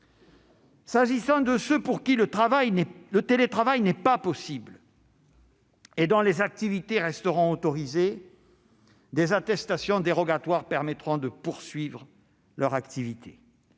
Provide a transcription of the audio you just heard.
S'agissant de ceux pour qui le télétravail est impossible et dont les activités resteront autorisées, des attestations dérogatoires permettront de poursuivre leur activité.